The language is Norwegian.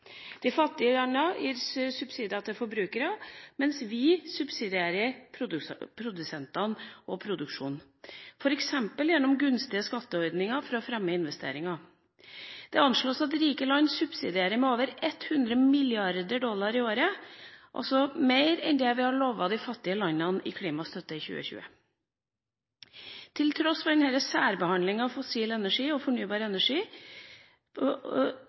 De fattige land gis subsidier til forbrukere, mens vi subsidierer produsentene og produksjonen, f.eks. gjennom gunstige skatteordninger for å fremme investeringer. Det anslås at rike land subsidierer med over 100 mrd. dollar i året – altså mer enn vi har lovet de fattige landene i klimastøtte fram til 2020. Til tross for denne særbehandlinga av fossil energi og fornybar energi er fornybar energi på